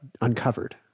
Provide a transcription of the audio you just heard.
uncovered